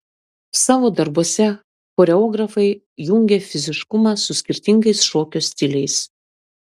savo darbuose choreografai jungia fiziškumą su skirtingais šokio stiliais